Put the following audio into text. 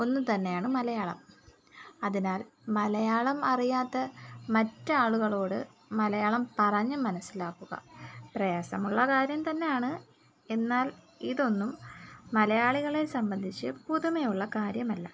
ഒന്ന് തന്നെയാണ് മലയാളം അതിനാൽ മലയാളം അറിയാത്ത മറ്റ് ആളുകളോട് മലയാളം പറഞ്ഞ് മനസിലാക്കുക പ്രയാസമുള്ള കാര്യം തന്നെയാണ് എന്നാൽ ഇതൊന്നും മലയാളികളെ സംബന്ധിച്ച് പുതുമയുള്ള കാര്യമല്ല